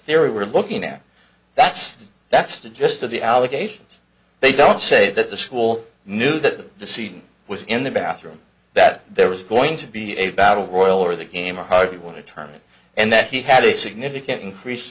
theory we're looking at that's that's the gist of the allegations they don't say that the school knew that the scene was in the bathroom that there was going to be a battle royal or the game or how do you want to term it and that he had a significant increase